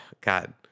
god